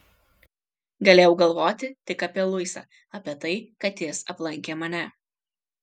galėjau galvoti tik apie luisą apie tai kad jis aplankė mane